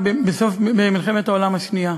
במלחמת העולם השנייה.